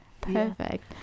Perfect